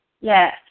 Yes